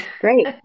Great